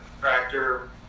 tractor